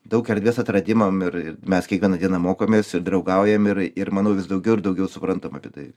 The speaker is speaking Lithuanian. daug erdvės atradimam ir ir mes kiekvieną dieną mokomės ir draugaujam ir ir manau vis daugiau ir daugiau suprantam apie tai